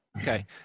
Okay